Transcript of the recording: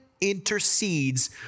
intercedes